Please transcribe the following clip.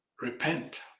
repent